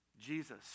Jesus